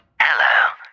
Hello